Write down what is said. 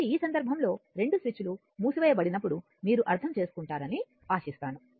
కాబట్టి ఈ సందర్భంలో రెండు స్విచ్లు మూసివేయబడినప్పుడు మీరు అర్థం చేసుకుంటారని ఆశిస్తున్నాను